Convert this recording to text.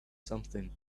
something